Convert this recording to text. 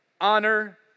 Honor